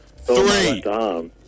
Three